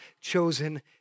chosen